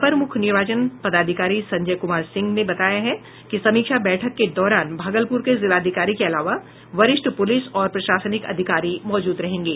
अपर मुख्य निर्वाचन पदाधिकारी संजय कुमार सिंह ने बताया है कि समीक्षा बैठक के दौरान भागलपुर के जिलाधिकारी के अलावा वरिष्ठ पुलिस और प्रशासनिक अधिकारी मौजूद रहेंगे